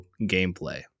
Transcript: gameplay